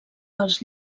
pels